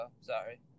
sorry